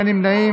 נא להצביע.